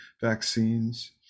vaccines